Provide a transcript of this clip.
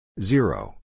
Zero